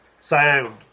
sound